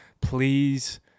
Please